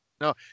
no